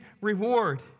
reward